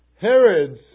Herod's